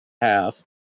half